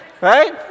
right